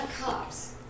cops